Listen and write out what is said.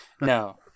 No